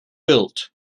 built